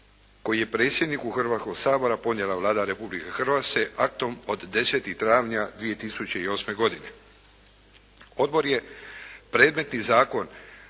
koji je predsjedniku Hrvatskoga sabora podnijela Vlada Republike Hrvatske aktom od 10. travnja 2008. godine. Odbor je predmetni zakon